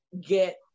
get